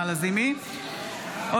לזימי בנושא: הקמת חדרי מיון קדמיים.